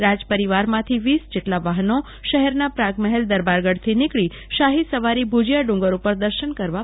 રાજ્ટપરીવાર માંથી વીસ જેટલા વાફનો શહેરની પ્રાગમહેલ દરબારગઢથી નીકળી શાહી સવારી ભુજીયા ડુંગર પર દર્શન કરવા પધારશે